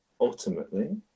ultimately